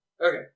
Okay